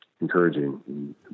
encouraging